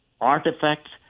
artifacts